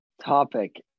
topic